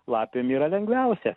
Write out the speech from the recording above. lapėm yra lengviausia